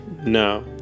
No